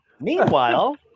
meanwhile